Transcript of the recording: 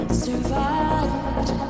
survived